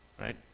Right